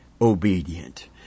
obedient